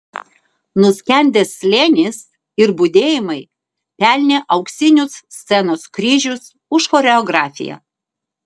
nuskendęs slėnis ir budėjimai pelnė auksinius scenos kryžius už choreografiją